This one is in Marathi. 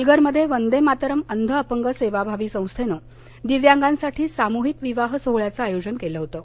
पालघरमध्ये वंदे मातरम अंध अपंग सेवाभावी संस्थेनं दिव्यांगांसाठी सामूहिक विवाह सोहळ्याचं आयोजन केलं होतं